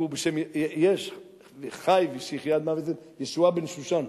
יש בחור, שיחיה עד מאה-ועשרים, ישועה בן-שושן.